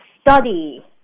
study